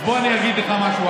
אז בוא אני אגיד לך משהו.